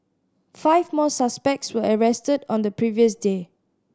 five more suspects were arrested on the previous day